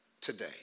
today